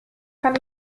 kann